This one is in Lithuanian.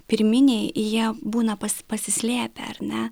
pirminiai jie būna pas pasislėpę ar ne